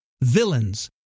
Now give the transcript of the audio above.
villains